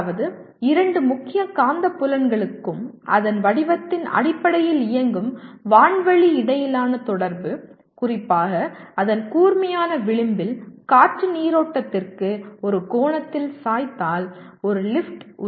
அதாவது இரண்டு முக்கிய காந்தப்புலங்களுக்கும் அதன் வடிவத்தின் அடிப்படையில் இயங்கும் வான்வழி இடையிலான தொடர்பு குறிப்பாக அதன் கூர்மையான விளிம்பில் காற்று நீரோட்டத்திற்கு ஒரு கோணத்தில் சாய்ந்தால் ஒரு லிப்ட் உருவாகிறது